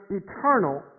eternal